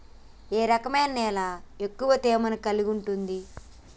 ఏ రకమైన నేల ఎక్కువ తేమను కలిగుంటది?